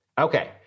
Okay